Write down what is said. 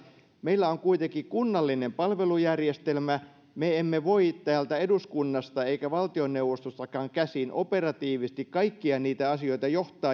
meillä on kuitenkin kunnallinen palvelujärjestelmä me emme voi täältä eduskunnasta eikä valtioneuvostostakaan käsin operatiivisesti johtaa kaikkia niitä asioita